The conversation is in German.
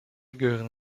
gehören